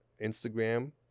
Instagram